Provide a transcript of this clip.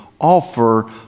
Offer